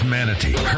Manatee